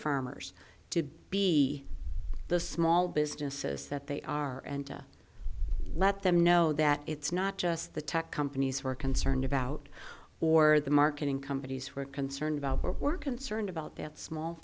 ors to be the small businesses that they are and let them know that it's not just the tech companies who are concerned about or the marketing companies who are concerned about what we're concerned about that small